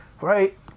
right